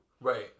Right